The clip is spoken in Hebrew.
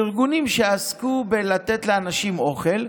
ארגונים שעסקו בלתת לאנשים אוכל.